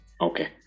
Okay